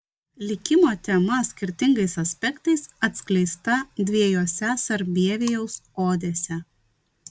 likimo tema skirtingais aspektais atskleista dviejose sarbievijaus odėse